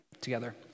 together